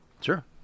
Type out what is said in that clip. Sure